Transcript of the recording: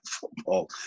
football